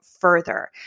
further